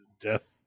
Death